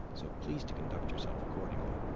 so please to conduct yourself accordingly.